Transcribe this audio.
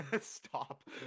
Stop